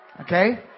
Okay